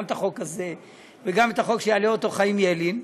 גם את החוק הזה וגם את החוק שיעלה חיים ילין,